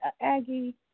Aggie